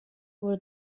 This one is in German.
wurde